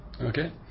Okay